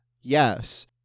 Yes